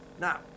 Now